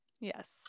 Yes